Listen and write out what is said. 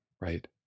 Right